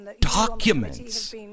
documents